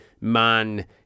man